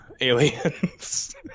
aliens